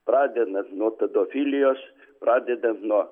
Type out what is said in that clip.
pradedant nuo pedofilijos pradedant nuo